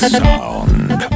sound